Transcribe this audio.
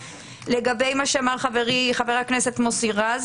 לגבי מה שאמר חברי חבר הכנסת מוסי רז